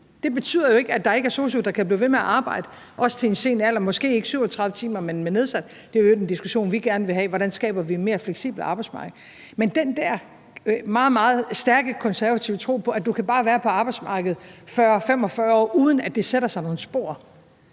Det betyder jo ikke, at der ikke er sosu'er, der kan blive ved med at arbejde, også i en sen alder, måske ikke 37 timer, men på nedsat tid. Det er i øvrigt en diskussion, vi gerne vil have: Hvordan skaber vi et mere fleksibelt arbejdsmarked? Men til den der meget, meget stærke konservative tro på, at du bare kan være på arbejdsmarkedet i 40-45 år, uden at det sætter sig nogle spor,